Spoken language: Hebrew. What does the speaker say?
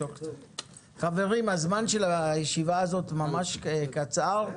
--- חברים הזמן של הישיבה הזאת ממש קצר.